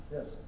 Yes